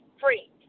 Free